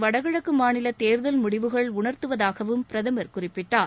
வடகிழக்கு மாநில தேர்தல் முடிவுகள் உணர்த்துவதாகவும் பிரதமர் குறிப்பிட்டார்